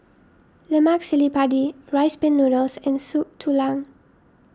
Lemak Cili Padi Rice Pin Noodles and Soup Tulang